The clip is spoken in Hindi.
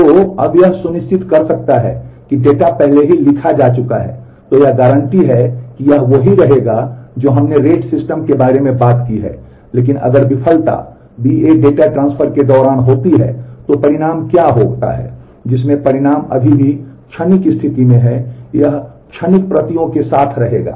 तो अब यह सुनिश्चित कर सकता है कि डेटा पहले ही लिखा जा चुका है तो यह गारंटी है कि यह वही रहेगा जो हमने रेट सिस्टम के बारे में बात की है लेकिन अगर विफलता बीए डेटा ट्रांसफर के दौरान होती है तो परिणाम क्या होता है जिसमें परिणाम अभी भी क्षणिक स्थिति में है यह क्षणिक प्रतियों के साथ रहेगा